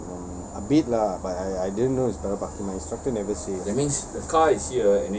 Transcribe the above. mm a bit lah but I I didn't know is parallel parking my instructor never say